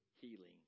healing